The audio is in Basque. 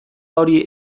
hori